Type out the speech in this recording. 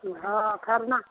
हँ खरना